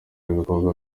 w’ibikorwa